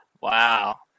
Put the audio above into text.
Wow